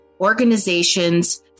organizations